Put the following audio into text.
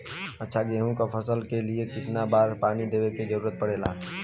अच्छा गेहूँ क फसल के लिए कितना बार पानी देवे क जरूरत पड़ेला?